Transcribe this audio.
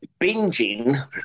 binging